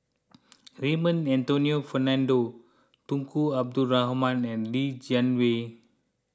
Raymond Anthony Fernando Tunku Abdul Rahman and Li Jiawei